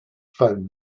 phone